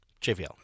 JVL